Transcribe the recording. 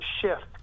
shift